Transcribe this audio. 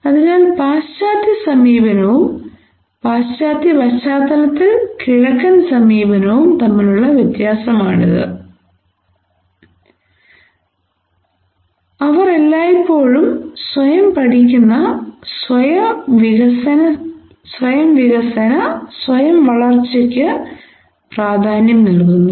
അതിനാൽ പാശ്ചാത്യ സമീപനവും പാശ്ചാത്യ പശ്ചാത്തലത്തിൽ കിഴക്കൻ സമീപനവും തമ്മിലുള്ള വ്യത്യാസമാണിത് അവർ എല്ലായ്പ്പോഴും സ്വയം പഠിക്കുന്ന സ്വയം വികസന സ്വയം വളർച്ചയ്ക്ക് പ്രാധാന്യം നൽകുന്നു